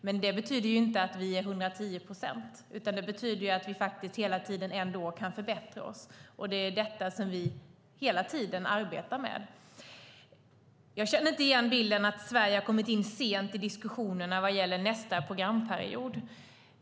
Men det betyder inte att vi är nöjda till 110 procent, utan det betyder att vi ändå hela tiden kan förbättra oss, och det är det som vi hela tiden arbetar med. Jag känner inte igen bilden att Sverige har kommit in sent i diskussionerna vad gäller nästa programperiod.